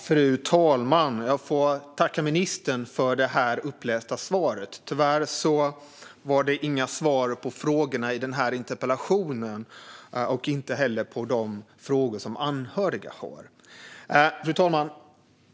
Fru talman! Jag får tacka ministern för det upplästa svaret. Tyvärr gav det inga svar på frågorna i interpellationen och inte heller på de frågor som de anhöriga har. Fru talman!